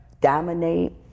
dominate